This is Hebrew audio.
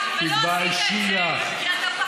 ולא עשית את זה כי אתה פחדן.